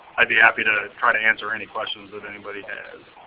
i'd be happy to try to answer any questions and anybody has.